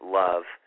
love